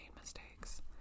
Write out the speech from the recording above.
mistakes